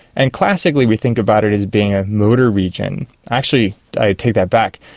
and classically we think about it as being a motor region. actually i take that back,